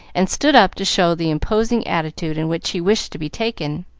and stood up to show the imposing attitude in which he wished to be taken,